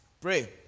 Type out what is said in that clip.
Pray